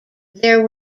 there